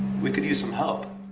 we could use some help.